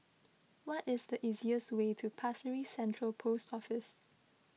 what is the easiest way to Pasir Ris Central Post Office